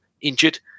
injured